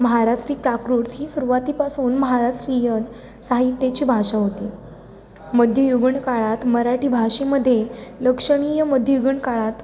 महाराष्ट्री प्राकृत ही सुरवातीपासून महाराष्ट्रीयन साहित्याची भाषा होती मध्ययुगीन काळात मराठी भाषेमध्ये लक्षणीय मध्ययुगीन काळात